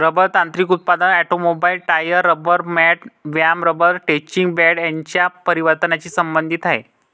rubber तांत्रिक उत्पादनात automobile, tyre, rubber mat, व्यायाम रबर स्ट्रेचिंग बँड यांच्या परिवर्तनाची संबंधित आहे